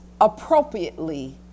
appropriately